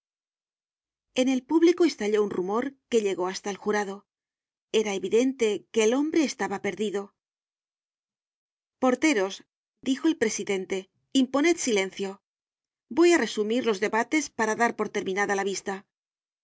en el público estalló un rumor que llegó hasta el jurado era evidente que el hombre estaba perdido porteros dijo el presidente imponed silencio voy á resumir los debates para dar por terminada la vista en